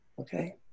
Okay